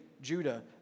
Judah